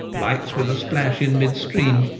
lights with a splash in mid-stream,